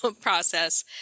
process